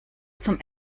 zum